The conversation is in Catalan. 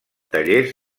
tallers